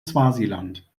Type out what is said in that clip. swasiland